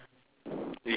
if you don't